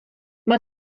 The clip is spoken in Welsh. mae